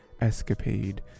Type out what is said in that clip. escapade